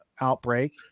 outbreak